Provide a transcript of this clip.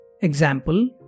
Example